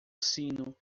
sino